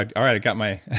i got my.